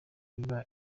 biba